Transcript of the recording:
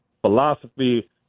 philosophy